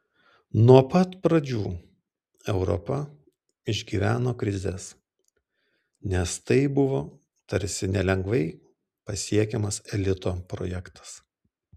nuo pat pradžių europa išgyveno krizes nes tai buvo tarsi nelengvai pasiekiamas elito projektas